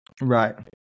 Right